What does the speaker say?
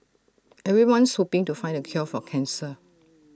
everyone's hoping to find the cure for cancer